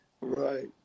Right